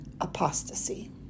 apostasy